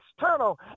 external